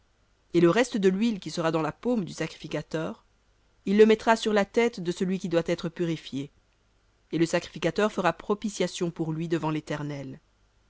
et le reste de l'huile qui sera dans la paume du sacrificateur il le mettra sur la tête de celui qui doit être purifié et le sacrificateur fera propitiation pour lui devant l'éternel